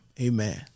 Amen